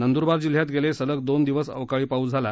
नंद्रबार जिल्ह्यात गेले सलग दोन दिवस अवकाळी पाऊस झाला